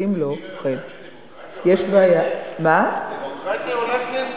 שאם לא, דמוקרטיה עולה כסף.